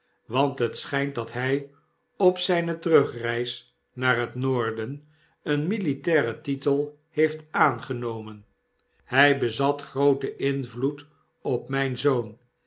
want het schijnt dat hy op zyne terugreis naar het noorden een militairen titel heeft aangenomen hi bezat grooten invloed opmynzoon